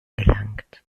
gelangt